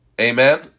Amen